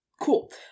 cool